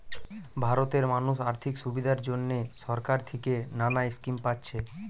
ভারতের মানুষ আর্থিক সুবিধার জন্যে সরকার থিকে নানা স্কিম পাচ্ছে